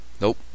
Nope